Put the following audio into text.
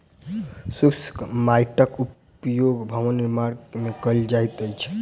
शुष्क माइटक उपयोग भवन निर्माण मे कयल जाइत अछि